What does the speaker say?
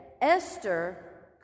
Esther